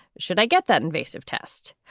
should i get that invasive test?